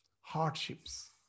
hardships